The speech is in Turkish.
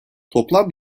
toplam